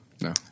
No